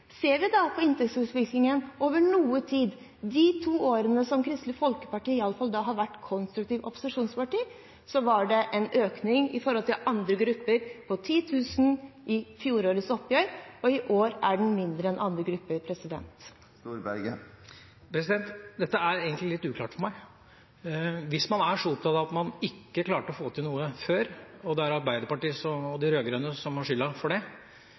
Ser vi da på inntektsutviklingen over noe tid – de to årene som Kristelig Folkeparti har vært konstruktivt opposisjonsparti, var det en økning i forhold til andre grupper på 10 000 kr i fjorårets oppgjør, og i år er den mindre enn for andre grupper. Dette er egentlig litt uklart for meg. Hvis man er så opptatt av at man ikke klarte å få til noe før, og det er Arbeiderpartiet og de rød-grønne som har skylda for det,